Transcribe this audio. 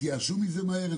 יתייאשו מזה מהר.